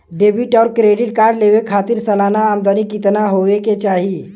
Debit और credit card लेवे के खातिर सलाना आमदनी कितना हो ये के चाही?